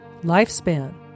Lifespan